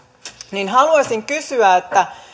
haluaisin kysyä